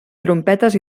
trompetes